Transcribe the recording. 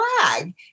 flag